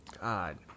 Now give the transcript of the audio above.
God